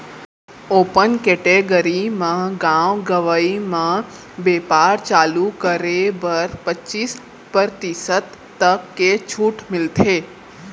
open category म गाँव गंवई म बेपार चालू करे बर पचीस परतिसत तक के छूट मिलथे